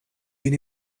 vin